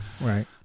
Right